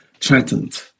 threatened